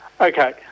Okay